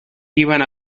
iban